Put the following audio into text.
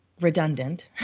redundant